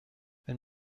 wenn